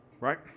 right